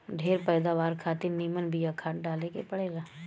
ढेर पैदावार खातिर निमन बिया खाद डाले के पड़ेला